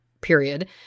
period